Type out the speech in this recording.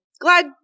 glad